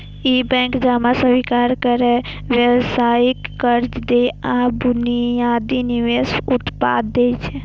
ई bank जमा स्वीकार करै, व्यावसायिक कर्ज दै आ बुनियादी निवेश उत्पाद दै छै